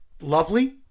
lovely